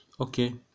Okay